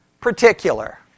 particular